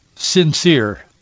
sincere